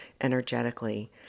energetically